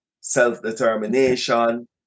self-determination